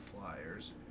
Flyers